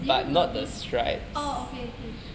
did you notice oh okay okay